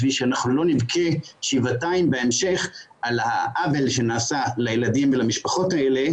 בשביל שלא נבכה שבעתיים בהמשך על העוול שנעשה לילדים ולמשפחות האלה,